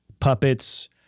puppets